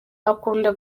akunda